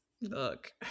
Look